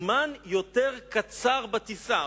זמן יותר קצר בטיסה.